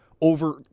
over